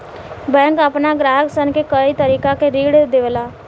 bank आपना ग्राहक सन के कए तरीका के ऋण देवेला